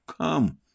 Come